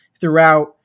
throughout